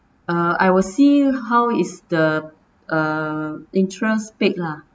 I will see how is the uh interest paid lah